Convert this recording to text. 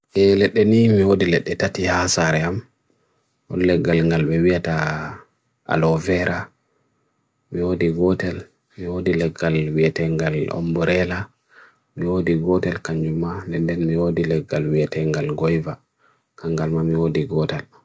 E le tenee me ode le tete tia asaryam, ode legal ngal wewe taa al ovehra, me ode gotel, me ode legal weetengal omborela, me ode gotel kanjuma, le tenee me ode legal weetengal goiva, kanjuma me ode gotel.